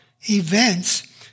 events